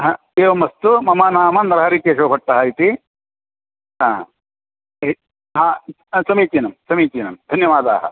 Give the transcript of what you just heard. हा एवमस्तु मम नाम नरहरिकेशवभट्टः इति हा ए हा अ समीचीनं समीचीनं धन्यवादाः